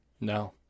No